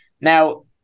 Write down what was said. Now